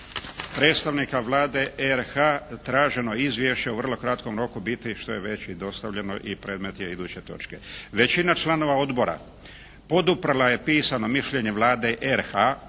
predstavnika Vlade RH traženo izvješće u vrlo kratkom roku biti što je već i dostavljeno i predmet je iduće točke. Većina članova odbora poduprla je pisano mišljenje Vlade RH